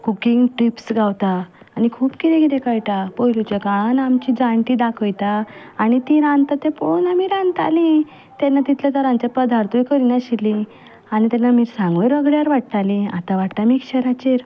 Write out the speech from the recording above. cooking tips गावता आनी खूब किदें किदें कळटा पयलूच्या काळान आमचीं जाणटी दाखयता आनी तीं रानता तें पळोवन आमी रानतालीं तेन्ना तितले तरांचें पदार्थूय करिनाशिल्लीं आनी तेन्ना मिरसांगूय रगड्यार वाडटालीं आतां वाडटा मिश्चराचेर